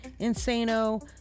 Insano